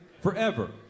Forever